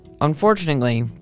Unfortunately